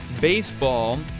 baseball